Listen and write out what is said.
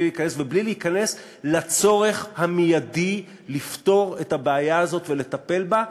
ובלי להיכנס לצורך המיידי לפתור את הבעיה הזאת ולטפל בה,